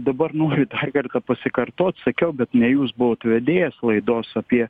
dabar noriu dar kartą pasikartot sakiau bet ne jūs buvot vedėjas laidos apie